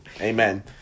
amen